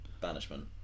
Banishment